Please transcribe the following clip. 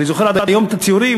אני זוכר עד היום את הציורים,